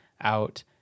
out